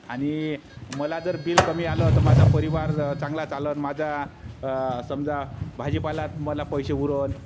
आणि मला जर बिल कमी आलं तर माझा परिवार चांगला चालन माझा समजा भाजीपालात मला पैसे उरंन